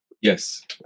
Yes